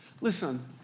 Listen